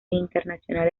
internacional